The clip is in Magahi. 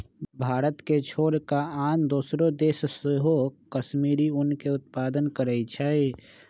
भारत के छोर कऽ आन दोसरो देश सेहो कश्मीरी ऊन के उत्पादन करइ छै